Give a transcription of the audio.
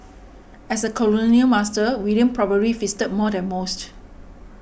as a colonial master William probably feasted more than most